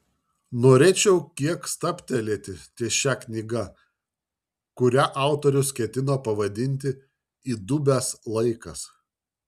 norėčiau kiek stabtelėti ties šia knyga kurią autorius ketino pavadinti įdubęs laikas